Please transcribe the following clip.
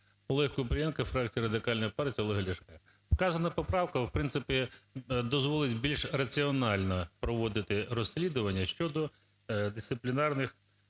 ОлегКупрієнко, фракція Радикальної партії Олега Ляшка. Вказана поправка, в принципі, дозволить більш раціонально проводити розслідування щодо дисциплінарних